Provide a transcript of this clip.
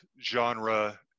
genre